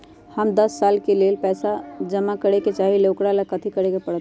हम दस साल के लेल पैसा जमा करे के चाहईले, ओकरा ला कथि करे के परत?